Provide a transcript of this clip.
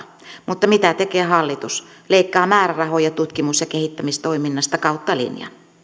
mutta mitä tekee hallitus leikkaa määrärahoja tutkimus ja kehittämistoiminnasta kautta linjan